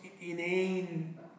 inane